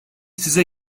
size